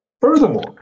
Furthermore